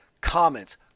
comments